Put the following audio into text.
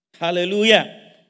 Hallelujah